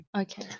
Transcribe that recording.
Okay